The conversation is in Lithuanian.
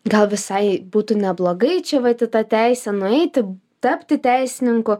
gal visai būtų neblogai čia vat į tą teisę nueiti tapti teisininku